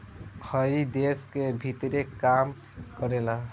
हइ देश के भीतरे काम करेला